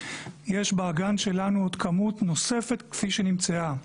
יש באגן שלנו עוד כמות נוספת כפי שנמצאה.